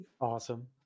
Awesome